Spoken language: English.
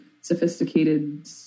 sophisticated